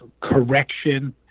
correction